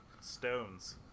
Stones